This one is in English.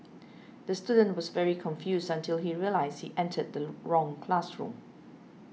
the student was very confused until he realised he entered the wrong classroom